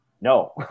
no